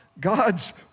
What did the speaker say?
God's